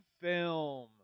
Film